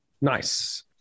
Nice